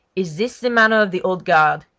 is this the manner of the old guard?